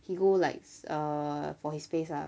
he go like uh for his face ah